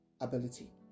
ability